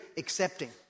accepting